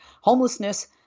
Homelessness